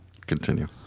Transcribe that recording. Continue